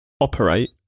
operate